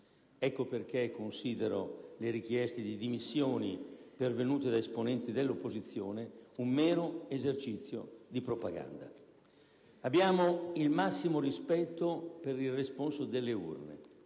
Ecco perché considero le richieste di dimissioni pervenute da esponenti dell'opposizione un mero esercizio di propaganda. Abbiamo il massimo rispetto per il responso delle urne: